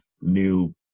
new